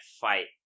fight